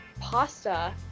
pasta